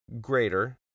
greater